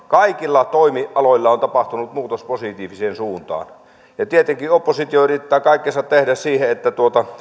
siitä että kaikilla toimialoilla on on tapahtunut muutos positiiviseen suuntaan tietenkin oppositio yrittää kaikkensa tehdä niin että